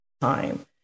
time